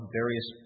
various